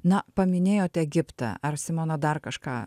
na paminėjot egiptą ar simona dar kažką